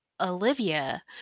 Olivia